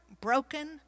broken